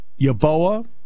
Yaboa